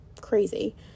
crazy